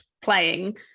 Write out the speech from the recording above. playing